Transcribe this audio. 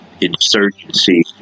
insurgency